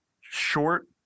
short